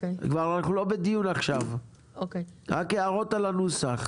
כבר אנחנו לא בדיון עכשיו, רק הערות על הנוסח.